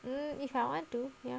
mm if I want to ya